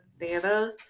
Nana